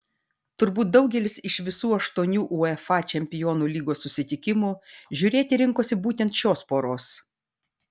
turbūt daugelis iš visų aštuonių uefa čempionų lygos susitikimų žiūrėti rinkosi būtent šios poros